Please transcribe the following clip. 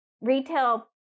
retail